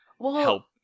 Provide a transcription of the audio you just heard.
help